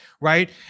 right